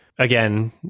Again